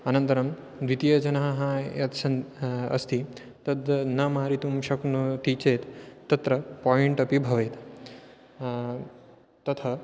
अनन्तरं द्वितीयजनाः यद् सन् अस्ति तद् न मारितुं शक्नोति चेत् तत्र पायिण्ट् अपि भवेत् तथा